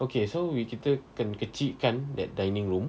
okay so we kita akan kecil kan that dining room